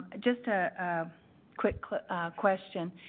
ah just a quick question.